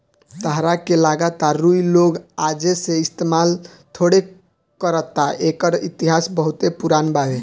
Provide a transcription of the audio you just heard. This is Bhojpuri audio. ताहरा का लागता रुई लोग आजे से इस्तमाल थोड़े करता एकर इतिहास बहुते पुरान बावे